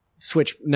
switch